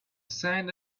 sand